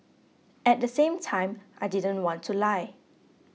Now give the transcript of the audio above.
at the same time I didn't want to lie